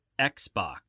xbox